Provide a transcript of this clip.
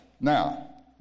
Now